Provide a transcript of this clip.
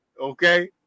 Okay